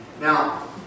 Now